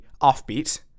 offbeat